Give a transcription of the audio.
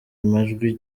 majwi